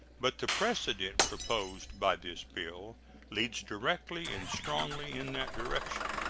but the precedent proposed by this bill leads directly and strongly in that direction,